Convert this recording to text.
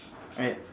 alright